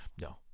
No